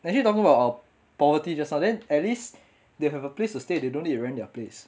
actually talking about our poverty just now then at least they have a place to stay they don't need to rent their place